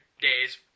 days